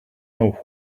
know